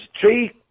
three